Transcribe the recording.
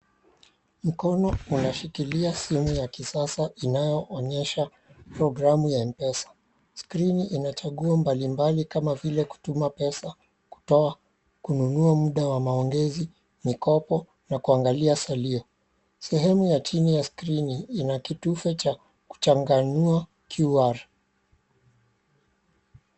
Mkono unashikilia simu ya kisasa inayoonyesha programu ya mpesa